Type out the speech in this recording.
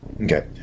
Okay